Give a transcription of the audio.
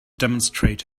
demonstrate